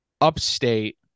upstate